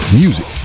music